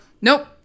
nope